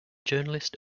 journalist